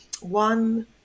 one